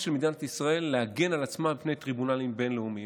של מדינת ישראל להגן על עצמה מפני טריבונלים בין-לאומיים.